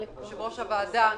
אני מודה לך, יושב-ראש הוועדה הנכבד.